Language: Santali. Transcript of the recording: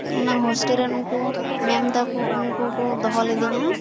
ᱚᱱᱟ ᱦᱳᱥᱴᱮᱞ ᱨᱮᱱ ᱩᱱᱠᱩ ᱢᱮᱢ ᱛᱟᱠᱚ ᱩᱱᱠᱩ ᱠᱚ ᱫᱚᱦᱚ ᱞᱮᱫᱤᱧᱟ